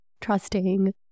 trusting